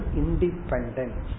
independence